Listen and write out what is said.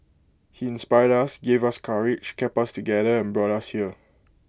he inspired us gave us courage kept us together and brought us here